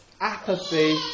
apathy